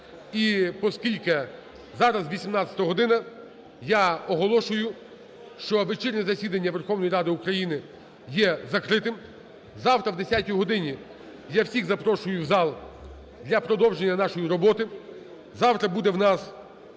І поскільки зараз 18 година, я оголошую, що вечірнє засідання Верховної Ради України є закритим. Завтра о 10 годині я всіх запрошую в зал для продовження нашої роботи. Завтра будуть в нас